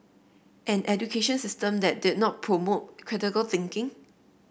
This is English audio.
an education system that did not promote critical thinking